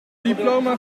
diploma